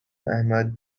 ahmad